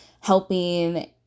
helping